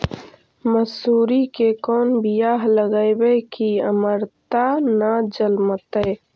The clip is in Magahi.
मसुरी के कोन बियाह लगइबै की अमरता न जलमतइ?